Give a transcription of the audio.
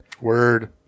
Word